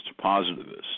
positivists